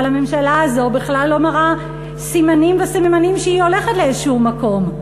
אבל הממשלה הזאת בכלל לא מראה סימנים וסממנים שהיא הולכת לאיזשהו מקום.